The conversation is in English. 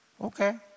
Okay